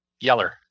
Yeller